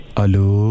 Hello